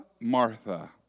Martha